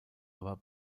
aber